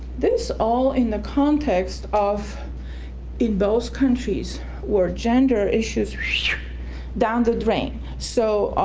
this all in the context of in those countries where gender issues down the drain, so,